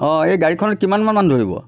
অঁ এই গাড়ীখনত কিমানমান মানুহ ধৰিব